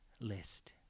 list